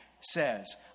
says